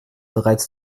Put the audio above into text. bereits